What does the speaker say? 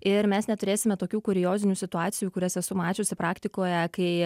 ir mes neturėsime tokių kuriozinių situacijų kurias esu mačiusi praktikoje kai